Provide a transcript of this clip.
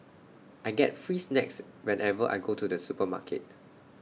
I get free snacks whenever I go to the supermarket